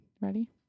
Ready